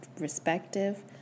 respective